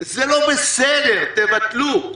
זה לא בסדר, תבטלו.